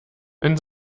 wenn